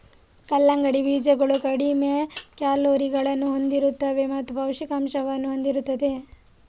ಕಲ್ಲಂಗಡಿ ಬೀಜಗಳು ಕಡಿಮೆ ಕ್ಯಾಲೋರಿಗಳನ್ನು ಹೊಂದಿರುತ್ತವೆ ಮತ್ತು ಪೌಷ್ಠಿಕಾಂಶವನ್ನು ಹೊಂದಿರುತ್ತವೆ